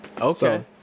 okay